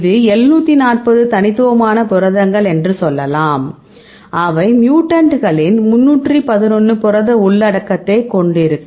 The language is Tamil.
அது 740 தனித்துவமான புரதங்கள் என்று சொல்லலாம் அவை மியூட்டன்ட்களின் 311 புரத உள்ளடக்கத்தைக் கொண்டிருக்கும்